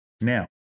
Now